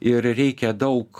ir reikia daug